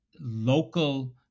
local